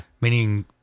Meaning